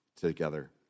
together